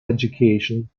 education